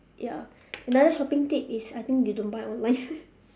ya another shopping tip is I think you don't buy online